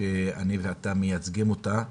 שאני ואתה מייצגים אותה,